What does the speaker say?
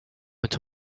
into